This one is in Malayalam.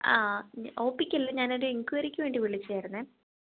ആ ഞ ഓ പിക്കല്ല ഞാനൊരു എൻക്വിറിക്ക് വേണ്ടി വിളിച്ചതായിരുന്നു